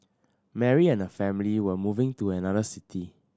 Mary and her family were moving to another city